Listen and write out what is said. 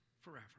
forever